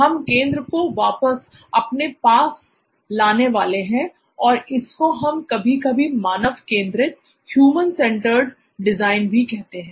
हम केंद्र को वापस अपने पास लाने वाले हैं और इसको हम कभी कभी मानव केंद्रित डिजाइन भी कहते हैं